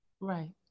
right